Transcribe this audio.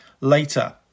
later